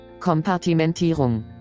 Kompartimentierung